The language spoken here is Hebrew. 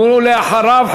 ואחריו,